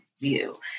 view